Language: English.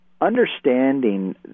understanding